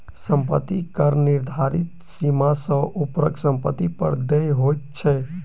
सम्पत्ति कर निर्धारित सीमा सॅ ऊपरक सम्पत्ति पर देय होइत छै